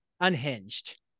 unhinged